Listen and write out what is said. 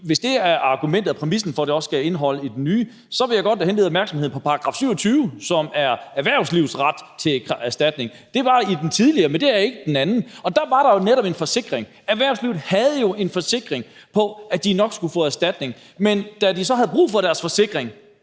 hvis det er argumentet og præmissen for, at det også skal indeholdes i den nye, så vil jeg godt henlede opmærksomheden på § 27, som er erhvervslivets ret til erstatning. Det var i den tidligere lov, men det er ikke i den anden, og der var der jo netop en forsikring: Erhvervslivet havde jo en forsikring for, at de nok skulle få erstatning, men da de så havde brug for deres forsikring,